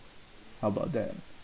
how about that